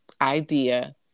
idea